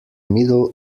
middle